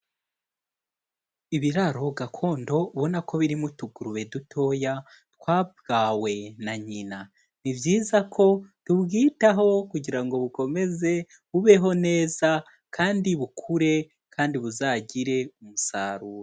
Ibiraro gakondo ubona ko birimo utugurube dutoya twabwawe na nyina. Ni byiza ko tubwitaho kugira ngo bukomeze bubeho neza kandi bukure kandi buzagire umusaruro.